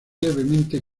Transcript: levemente